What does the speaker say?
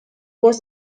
was